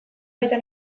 baita